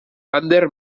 ander